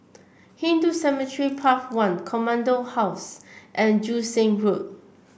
Hindu Cemetery Path One Command House and Joo Seng Road